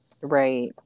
Right